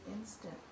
instant